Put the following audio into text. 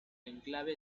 enclave